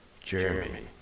Jeremy